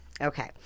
Okay